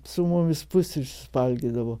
su mumis pusryčius valgydavo